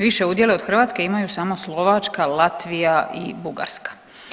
Više udjele od Hrvatske imaju samo Slovačka, Latvija i Bugarska.